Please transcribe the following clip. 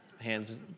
Hands